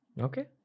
okay